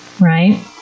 right